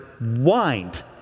wind